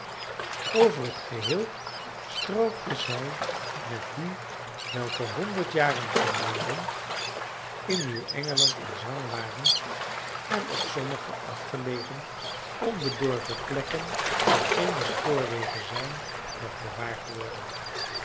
over het geheel strookten zij met die welke honderd jaren geleden in nieuw engeland in zwang waren en op sommige afgelegen onbedorven plekken waar geene spoorwegen zijn nog bewaard worden